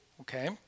okay